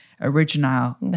original